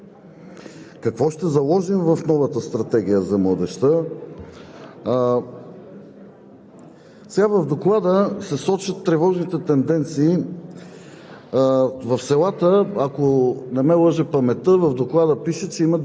Но без анализ на старата как пристъпваме към новата? Помолихме в Комисията да имаме такъв анализ, надявам се, че ще ни бъде предоставен. Какво ще заложим в новата стратегия за младежта?